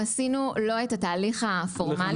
עשינו לא את התהליך הפורמלי.